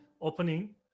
opening